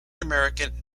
american